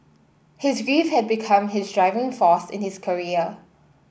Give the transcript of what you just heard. his grief had become his driving force in his career